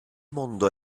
mondo